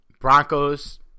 Broncos